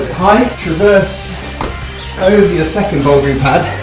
high, traverse over your second bouldering pad